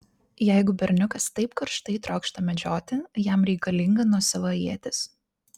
jeigu berniukas taip karštai trokšta medžioti jam reikalinga nuosava ietis